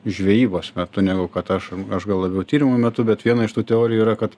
žvejybos metu negu kad aš aš gal labiau tyrimų metu bet viena iš tų teorijų yra kad